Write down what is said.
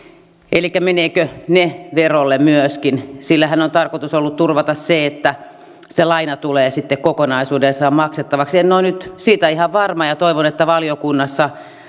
elikkä mietin menevätkö ne verolle myöskin niillähän on tarkoitus ollut turvata se että se laina tulee sitten kokonaisuudessaan maksettavaksi en ole siitä nyt ihan varma ja toivon että valiokunnassa